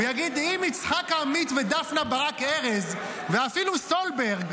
הוא יגיד שאם יצחק עמית ודפנה ברק ארז ואפילו סולברג,